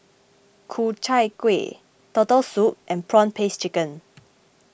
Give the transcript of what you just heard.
Ku Chai Kueh Turtle Soup and Prawn Paste Chicken